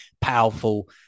powerful